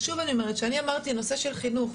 שוב אני אומרת: כשאני אומרת הנושא של חינוך,